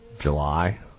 July